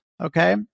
Okay